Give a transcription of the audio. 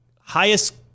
highest